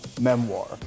memoir